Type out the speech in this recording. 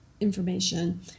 information